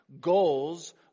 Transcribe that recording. goals